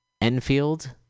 Enfield